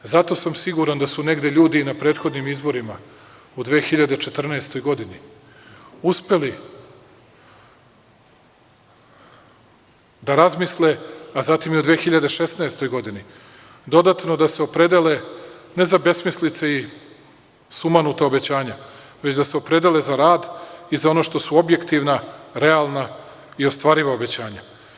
Zato sam siguran da su negde ljudi i na prethodnim izborima u 2014. godini uspeli da razmisle, a zatim i u 2016. godini, dodatno da se opredele ne za besmislice i sumanuta obećanja, već da se opredele za rad i za ono što su objektivna, realna i ostvariva obećanja.